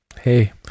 hey